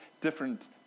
different